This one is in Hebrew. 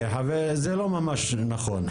זה לא ממש נכון.